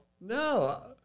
No